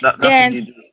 Dan